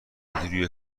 روی